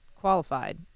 qualified